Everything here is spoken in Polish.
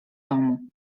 domu